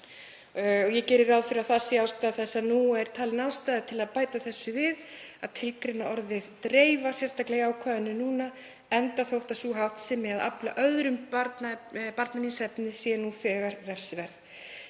Ég geri ráð fyrir að þess vegna sé nú talin ástæða til að bæta þessu við og tilgreina orðið dreifa sérstaklega í ákvæðinu núna, enda þótt sú háttsemi að afla öðrum barnaníðsefnis sé nú þegar refsiverð.